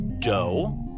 Doe